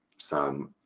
some